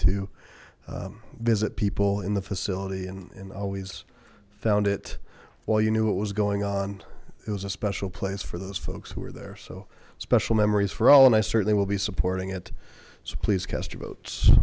to visit people in the facility and always found it while you knew what was going on it was a special place for those folks who were there so special memories for all and i certainly will be supporting it so please cast your votes